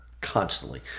Constantly